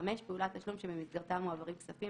(5)פעולת תשלום שבמסגרתה מועברים כספים